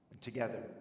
Together